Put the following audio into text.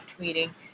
tweeting